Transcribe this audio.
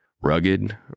Rugged